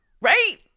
Right